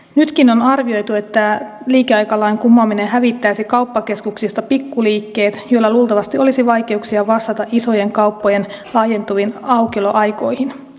nytkin on arvioitu että liikeaikalain kumoaminen hävittäisi kauppakeskuksista pikkuliikkeet joilla luultavasti olisi vaikeuksia vastata isojen kauppojen laajentuviin aukioloaikoihin